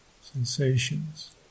sensations